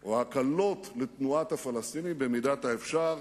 או הקלות בתנועת הפלסטינים במידת האפשר,